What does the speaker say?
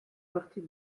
partie